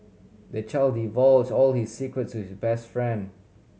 the child divulge all his secrets to his best friend